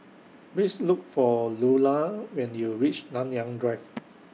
Please Look For Lulla when YOU REACH Nanyang Drive